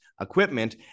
equipment